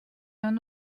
hem